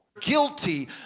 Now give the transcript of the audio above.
Guilty